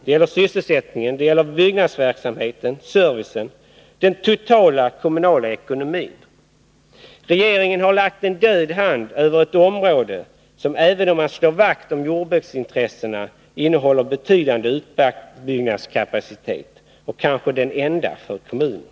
Det gäller sysselsättningen, byggnadsverksamheten, servicen och den totala kommunala ekonomin. Regeringen har så att säga lagt en död hand över ett område som, även om man slår vakt om jordbruksintressena, innehåller betydande utbyggnadskapacitet — kanske den enda — för kommunen.